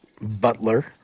butler